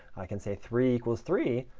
i can say three equals three.